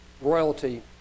royalty